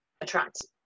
attract